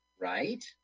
right